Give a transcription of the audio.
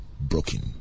broken